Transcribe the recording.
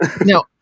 No